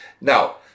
Now